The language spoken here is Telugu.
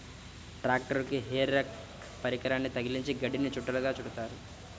ట్రాక్టరుకి హే రేక్ పరికరాన్ని తగిలించి గడ్డిని చుట్టలుగా చుడుతారు